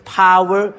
power